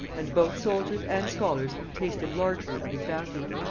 and both soldiers and scholars tasted largely of his bounty.